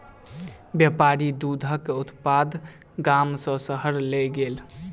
व्यापारी दूधक उत्पाद गाम सॅ शहर लय गेल